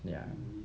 ya